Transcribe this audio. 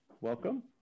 Welcome